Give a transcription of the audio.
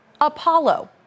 Apollo